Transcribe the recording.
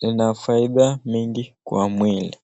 Lina faida mingi kwa mwili.